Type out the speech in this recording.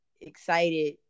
excited